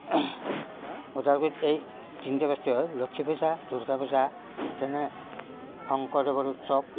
ওদালগুৰিত এই তিনিটা বস্তু হয় লক্ষী পূজা দুৰ্গা পূজা যেনে শংকৰদেৱৰ উৎসৱ